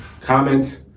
comment